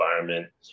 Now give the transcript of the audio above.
environment